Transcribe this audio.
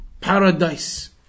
paradise